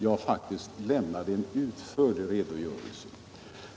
Jag har faktist lämnat en utförlig redogörelse.